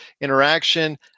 interaction